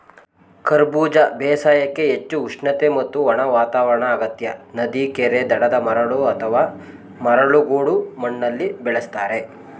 ಕರಬೂಜ ಬೇಸಾಯಕ್ಕೆ ಹೆಚ್ಚು ಉಷ್ಣತೆ ಮತ್ತು ಒಣ ವಾತಾವರಣ ಅಗತ್ಯ ನದಿ ಕೆರೆ ದಡದ ಮರಳು ಅಥವಾ ಮರಳು ಗೋಡು ಮಣ್ಣಲ್ಲಿ ಬೆಳೆಸ್ತಾರೆ